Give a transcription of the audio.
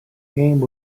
game